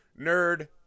nerd